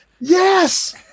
Yes